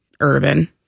urban